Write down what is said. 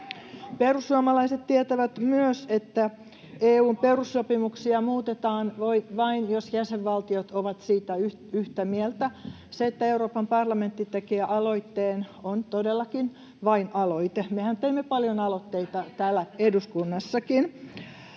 Perussuomalaiset tietävät myös, että EU:n perussopimuksia muutetaan vain jos jäsenvaltiot ovat siitä yhtä mieltä. Se, että Euroopan parlamentti tekee aloitteen, on todellakin vain aloite. Mehän teemme paljon aloitteita täällä eduskunnassakin.